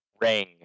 ring